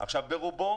שברובו